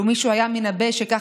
הכנסת,